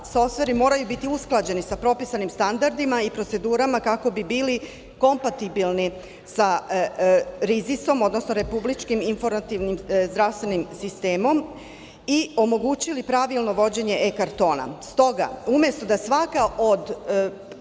softveri moraju biti usklađeni sa propisanim standardima i procedurama kako bi bili kompatibilni sa RIZIS, odnosno Republičkim informativnim zdravstvenim sistemom i omogućili pravilno vođenje E-kartona. Stoga, umesto da svaka od